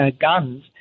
guns